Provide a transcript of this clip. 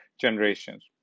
generations